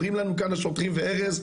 אומרים לנו כאן השוטרים וארז,